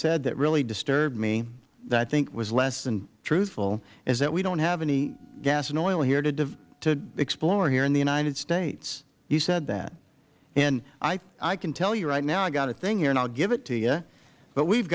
said that really disturbed me that i think was less than truthful is that we don't have any gas and oil here to explore here in the united states you said that and i can tell you right now i got a thing here and i will give it to you but we